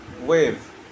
wave